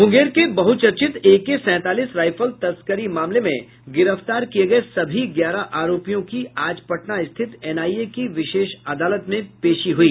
मूंगेर के बहचर्चित एके सैंतालीस राइफल तस्करी मामले में गिरफ्तार किये गये सभी ग्यारह आरोपियों की आज पटना स्थित एनआईए की विशेष अदालत में पेशी हुई